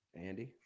Andy